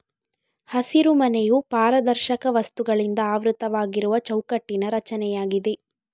ಹಸಿರುಮನೆಯು ಪಾರದರ್ಶಕ ವಸ್ತುಗಳಿಂದ ಆವೃತವಾಗಿರುವ ಚೌಕಟ್ಟಿನ ರಚನೆಯಾಗಿದೆ